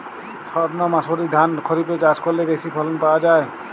সর্ণমাসুরি ধান খরিপে চাষ করলে বেশি ফলন পাওয়া যায়?